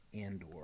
Andor